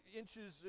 inches